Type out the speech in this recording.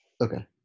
Okay